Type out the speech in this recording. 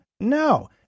no